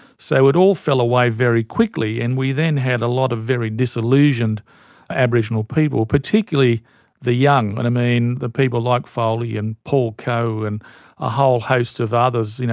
so it all fell away very quickly, and we then had a lot of very disillusioned aboriginal people, particularly the young. and i mean, the people like foley and paul coe and a whole host of others, you know